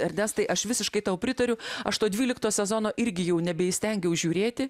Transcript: ernestai aš visiškai tau pritariu aš to dvylikto sezono irgi jau nebeįstengiau žiūrėti